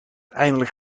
eindelijk